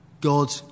God